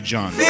John